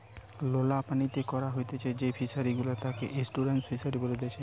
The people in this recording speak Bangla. লোনা পানিতে করা হতিছে যেই ফিশারি গুলা তাকে এস্টুয়ারই ফিসারী বলেতিচ্ছে